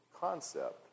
concept